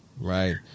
Right